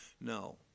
No